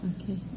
Okay